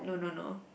no no no